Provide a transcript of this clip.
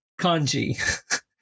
kanji